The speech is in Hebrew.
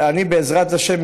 בעזרת השם,